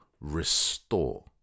restore